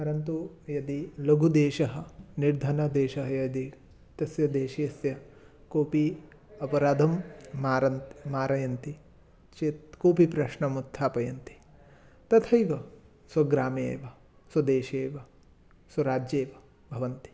परन्तु यदि लघुदेशः निर्धनदेशः यदि तस्य देशस्य केऽपि अपराधं मारन् मारयन्ति चेत् केऽपि प्रश्नम् उत्थापयन्ति तथैव स्वग्रामे एव स्वदेशे एव स्वराज्ये एव भवन्ति